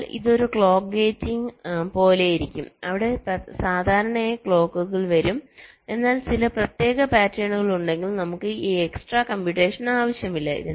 അതിനാൽ ഇത് ഒരു ക്ലോക്ക് ഗേറ്റിംഗ് പോലെയായിരിക്കും അവിടെ സാധാരണയായി ക്ലോക്കുകൾ വരും എന്നാൽ ചില പ്രത്യേക പാറ്റേണുകൾ ഉണ്ടെങ്കിൽ നമുക്ക് ഈ എക്സ്ട്രാ കമ്പ്യൂട്ടേഷൻ ആവശ്യമില്ല